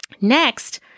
Next